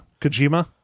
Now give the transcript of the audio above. Kojima